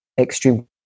extreme